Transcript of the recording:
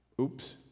Oops